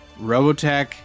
Robotech